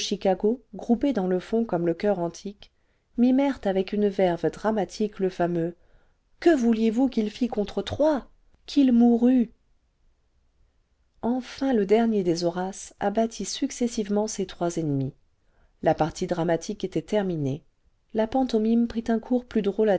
chicago groupés dans le fond comme le choeur antique mimèrent avec une verve dramatique le fameux que vouliez-vous qu'il fit contre trois qu'il mourût enfin le dernier des horaces abattit successivement ses trois ennemis la partie dramatique était terminée la pantomime prit un cours plus